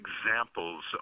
examples